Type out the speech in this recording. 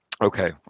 Okay